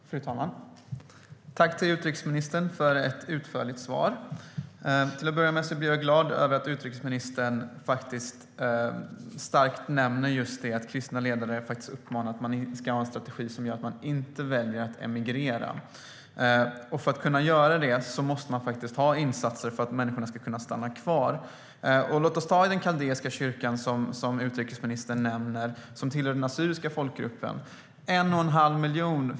Fru talman! Tack, utrikesministern, för ett utförligt svar! Till att börja med vill jag säga att jag blir glad över att utrikesministern tydligt nämner att kristna ledare uppmanar att man ska ha en strategi som gör att människor inte väljer att emigrera. För att kunna göra det måste det göras insatser så att de kan stanna kvar. Låt oss ta som exempel den kaldeiska kyrkan, som utrikesministern nämner. Den omfattar den assyriska folkgruppen.